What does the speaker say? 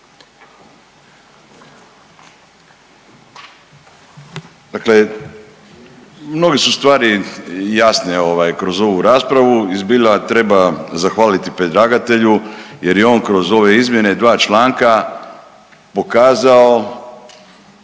Dakle, mnoge su stvari jasne ovaj, kroz ovu raspravu i zbilja treba zahvaliti predlagatelju jer je on kroz ove izmjene i dva članka pokazao